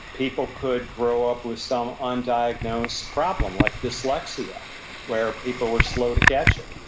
people could grow up with some undiagnosed problem like dyslexia where people were slow to catch it.